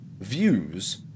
views